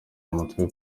mutwe